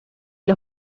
los